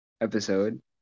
episode